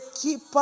keeper